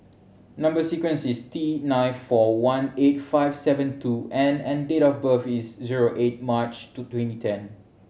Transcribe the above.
number sequence is T nine four one eight five seven two N and date of birth is zero eight March two twenty ten